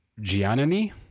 Giannini